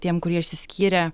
tiem kurie išsiskyrę